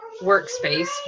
Workspace